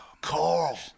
Carl